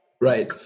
Right